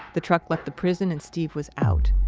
the truck left the prison and steve was out.